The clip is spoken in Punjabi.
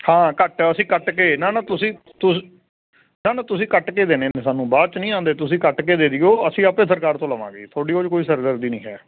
ਹਾਂ ਘੱਟ ਅਸੀਂ ਕੱਟ ਕੇ ਨਾ ਨਾ ਤੁਸੀਂ ਤੁਸ ਨਾ ਨਾ ਤੁਸੀਂ ਕੱਟ ਕੇ ਦੇਣੇ ਨੇ ਸਾਨੂੰ ਬਾਅਦ 'ਚ ਨਹੀਂ ਆਉਂਦੇ ਤੁਸੀਂ ਕੱਟ ਕੇ ਦੇ ਦਿਓ ਅਸੀਂ ਆਪੇ ਸਰਕਾਰ ਤੋਂ ਲਵਾਂਗੇ ਤੁਹਾਡੀ ਉਹ 'ਚ ਕੋਈ ਸਿਰਦਰਦੀ ਨਹੀਂ ਹੈ